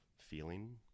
feeling